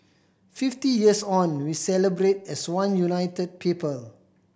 fifty years on we celebrate as one united people